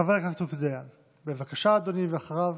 חבר הכנסת עוזי דיין, בבקשה, אדוני, ואחריו,